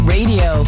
Radio